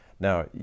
Now